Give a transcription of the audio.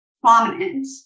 prominent